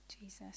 Jesus